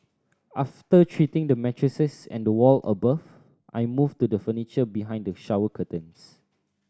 after treating the mattresses and the wall above I moved to the furniture behind the shower curtains